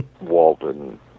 Walton